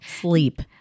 Sleep